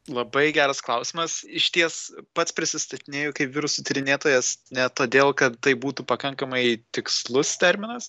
labai geras klausimas išties pats prisistatinėju kaip virusų tyrinėtojas ne todėl kad tai būtų pakankamai tikslus terminas